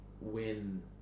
win